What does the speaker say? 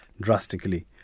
drastically